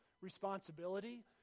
responsibility